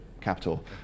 capital